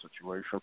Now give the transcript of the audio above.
situation